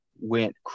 went